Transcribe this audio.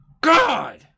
God